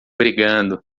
brigando